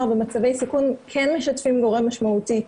במצבי סיכון כן משתפים מבוגר משמעותי.